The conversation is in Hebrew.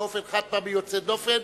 באופן חד-פעמי יוצא דופן,